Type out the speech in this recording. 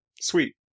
Sweet